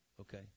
Okay